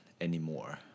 anymore